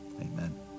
amen